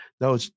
No